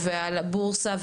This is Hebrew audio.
ועל הבורסה,